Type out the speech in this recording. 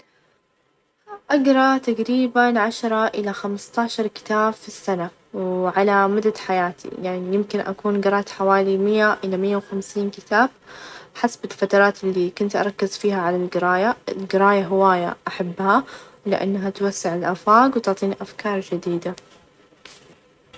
أكيد خليني أذكر أرقام خمسةعشرة وخمستاعش إذا جمعناها النتيجة هي ثلاثين.